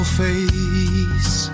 face